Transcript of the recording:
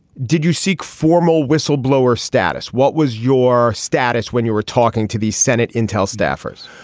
did you seek formal whistleblower status? what was your status when you were talking to the senate intel staffers?